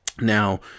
Now